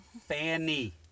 Fanny